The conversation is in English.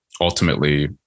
ultimately